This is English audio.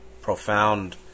profound